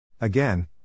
Again